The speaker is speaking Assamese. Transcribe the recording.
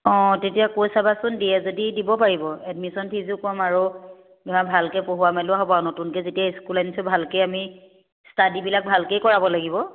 অঁ তেতিয়া কৈ চাবাচোন দিয়ে যদি দিব পাৰিব এডমিশ্যন ফিজো কম আৰু ইয়াত ভালকে পঢ়োৱা মেলোৱা হ'ব আৰু নতুনকে যেতিয়া স্কুল আনিছোঁ ভালকে আমি ষ্টাডিবিলাক ভালকে কৰাব লাগিব